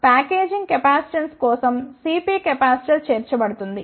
కాబట్టి packaging capacitance కోసం Cp capacitor చేర్చబడుతుంది